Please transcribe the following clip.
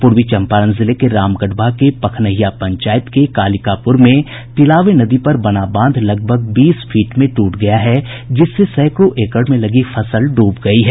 पूर्वी चम्पारण जिले के रामगढ़वा के पखनहिया पंचायत के कालिकापुर में तिलावे नदी पर बना बांध लगभग बीस फीट में ट्रट गया है जिससे सैकड़ों एकड़ में लगी फसल ड्रब गयी है